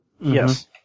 Yes